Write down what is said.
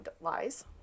lies